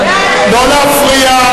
לא להפריע.